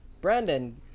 Brandon